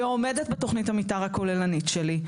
ועומדת בתוכנית המתאר הכוללנית שלי,